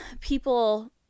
people